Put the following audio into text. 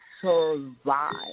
survive